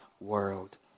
world